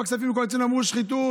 הכספים הקואליציוניים אמרו "שחיתות",